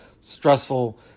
stressful